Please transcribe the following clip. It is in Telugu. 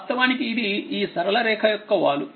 వాస్తవానికి ఇది ఈ సరళరేఖయొక్క వాలు